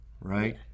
right